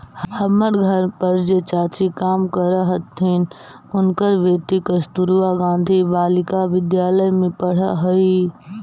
हमर घर पर जे चाची काम करऽ हथिन, उनकर बेटी कस्तूरबा गांधी बालिका विद्यालय में पढ़ऽ हई